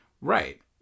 Right